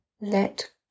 let